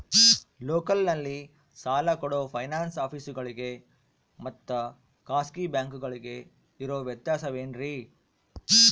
ಲೋಕಲ್ನಲ್ಲಿ ಸಾಲ ಕೊಡೋ ಫೈನಾನ್ಸ್ ಆಫೇಸುಗಳಿಗೆ ಮತ್ತಾ ಖಾಸಗಿ ಬ್ಯಾಂಕುಗಳಿಗೆ ಇರೋ ವ್ಯತ್ಯಾಸವೇನ್ರಿ?